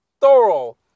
thorough